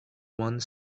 one